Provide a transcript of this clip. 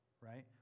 right